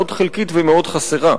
מאוד חלקית ומאוד חסרה.